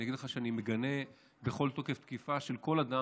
אני אגיד לך שאני מגנה בכל תוקף תקיפה של כל אדם,